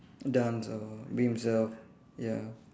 dance or be himself ya